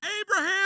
Abraham